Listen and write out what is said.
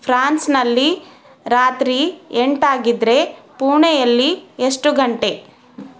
ಫ್ರಾನ್ಸ್ನಲ್ಲಿ ರಾತ್ರಿ ಎಂಟಾಗಿದ್ದರೆ ಪುಣೆಯಲ್ಲಿ ಎಷ್ಟು ಗಂಟೆ